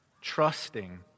trusting